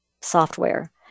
software